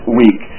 week